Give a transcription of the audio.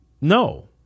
no